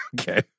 Okay